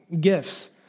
gifts